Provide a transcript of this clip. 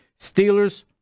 Steelers